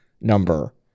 number